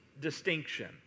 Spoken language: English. distinction